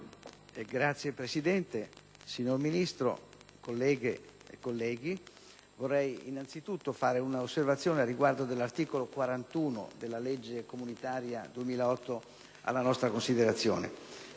Signor Presidente, signor Ministro, colleghe e colleghi, vorrei fare innanzitutto una osservazione al riguardo dell'articolo 41 della legge comunitaria 2008 alla nostra considerazione,